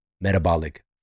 metabolic